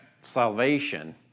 salvation